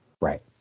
Right